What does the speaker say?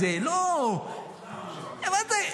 איזה --- בושה.